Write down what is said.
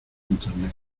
internet